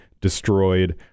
destroyed